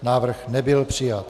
Návrh nebyl přijat.